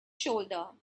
shoulder